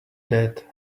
dead